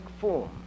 form